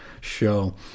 show